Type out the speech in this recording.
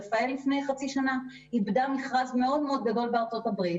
רפא"ל לפני חצי שנה איבדה מכרז מאוד-מאוד גדול בארצות הברית